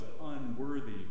unworthy